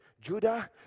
Judah